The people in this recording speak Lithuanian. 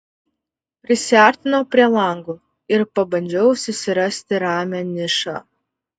prisiartinau prie lango ir pabandžiau susirasti ramią nišą